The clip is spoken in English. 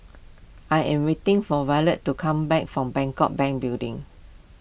I am waiting for Evertt to come back from Bangkok Bank Building